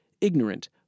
ignorant